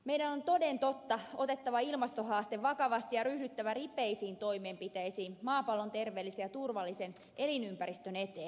meidän on toden totta otettava ilmastohaaste vakavasti ja ryhdyttävä ripeisiin toimenpiteisiin maapallon terveellisen ja turvallisen elinympäristön eteen